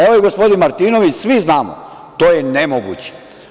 Evo, i gospodin Martinović, svi znamo, to je nemoguće.